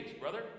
brother